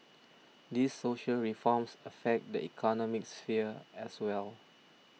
these social reforms affect the economic sphere as well